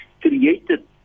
created